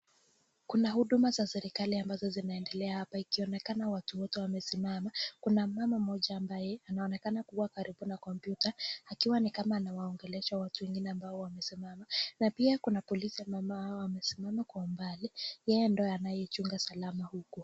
Kuna huduma za serikali ambazo zinaendelea hapa ikionekana watu wote wamesimama. Kuna mama mmoja ambaye anaonekana kuwa karibu na kompyuta akiwa ni kama anawaongelesha watu wengine ambao wamesimama. Na pia kuna polisi mama hao amesimama kwa umbali, yeye ndio anayeichunga salama huku.